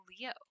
Leo